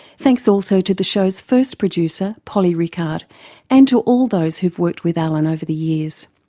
thanks also to the show's first producer polly rickard and to all those who've worked with alan over the years.